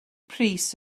pris